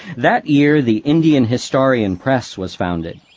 that year the indian historian press was founded.